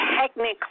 technically